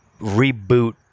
reboot